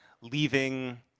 leaving